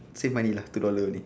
save money lah two dollar only